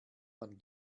man